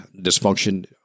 dysfunction